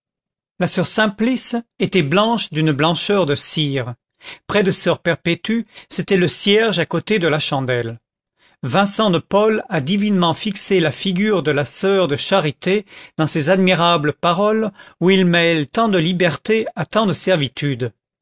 la soeur simplice était blanche d'une blancheur de cire près de soeur perpétue c'était le cierge à côté de la chandelle vincent de paul a divinement fixé la figure de la soeur de charité dans ces admirables paroles où il mêle tant de liberté à tant de servitude